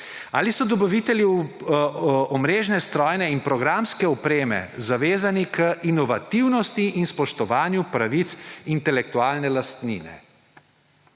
Ali se dobavitelju omrežne, strojne in programske opreme zavezani k inovativnosti in spoštovanju pravic intelektualne lastnine?